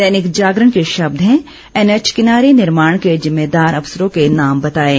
दैनिक जागरण के शब्द हैं एनएच किनारे निर्माण के ज़िम्मेदार अफसरों के नाम बताएं